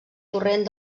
torrent